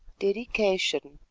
dedication